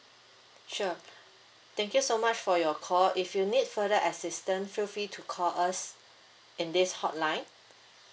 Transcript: sure thank you so much for your call if you need further assistance feel free to call us in this hotline